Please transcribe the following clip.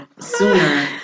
sooner